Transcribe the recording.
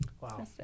Wow